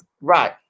Right